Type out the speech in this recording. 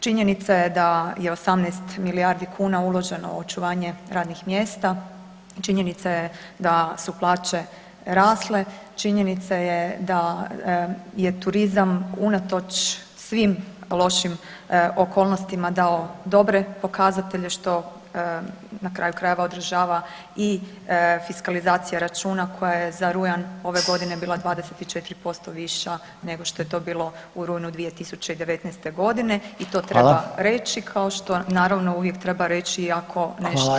Činjenica je da je 18 milijardi kuna uloženo u očuvanje radnih mjesta, činjenica je da su plaće rasle, činjenica je da je turizam unatoč svim lošim okolnostima dao dobre pokazatelje što na kraju krajeva odražava i fiskalizacija računa koja je za rujan ove godine bila 24% viša n ego što je to bilo u rujnu 2019. godine i to treba reći kao što naravno uvijek treba reći i ako nešto jest za popravak.